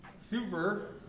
Super